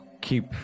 keep